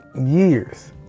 years